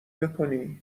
بکنی